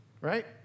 right